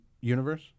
universe